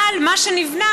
אבל מה שנבנה,